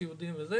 ציודים וכו',